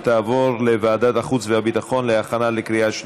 התשע"ט 2018, לוועדת החוץ והביטחון נתקבלה.